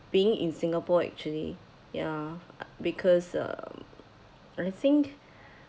being in singapore actually ya because um I think